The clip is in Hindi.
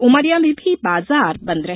उमरिया में भी बाजार बन्द रहे